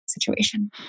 situation